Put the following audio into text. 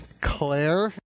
Claire